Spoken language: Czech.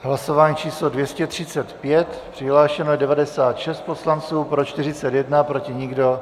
Hlasování číslo 235, přihlášeno 96 poslanců, pro 41, proti nikdo.